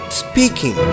speaking